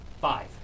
five